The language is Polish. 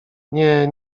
nie